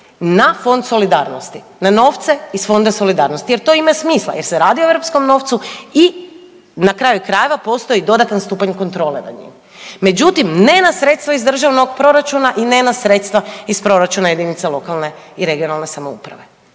na Fond solidarnosti, na novce iz Fonda solidarnosti jer to ima smisla, jer se radi o europskom novcu i na kraju krajeva, postoji dodatan stupanj kontrole nad njima. Međutim, ne na sredstva iz državnog proračuna i ne na sredstva iz proračuna jedinica lokalne i regionalne samouprave.